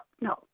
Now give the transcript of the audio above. no